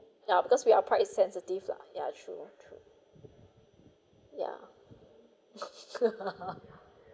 ya because we are price sensitive lah yeah true true yeah